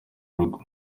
rugo